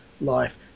life